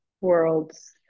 worlds